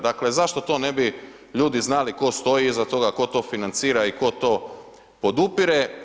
Dakle, zašto to ne bi ljudi znali tko stoji iza toga, tko to financira i tko to podupire.